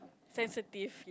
sensitive